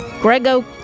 Grego